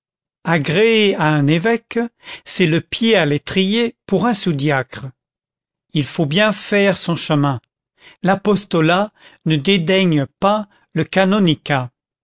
à un évêque c'est le pied à l'étrier pour un sous-diacre il faut bien faire son chemin l'apostolat ne dédaigne pas le canonicat